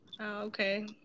Okay